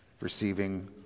receiving